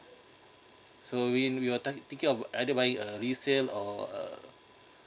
so we we were thin~ thinking of either buy a resale or a